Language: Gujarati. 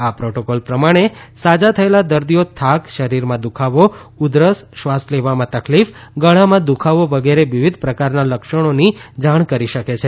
આ પ્રોટોકોલ પ્રમાણે સાજા થયેલા દર્દીઓ થાક શરીરમાં દુખાવો ઉધરસ શ્વાસ લેવામાં તકલીફ ગળામાં દુઃખાવો વગેરે વિવિધ પ્રકારના લક્ષણોની જાણ કરી શકે છે